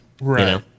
right